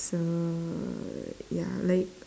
so ya like